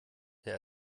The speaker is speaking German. der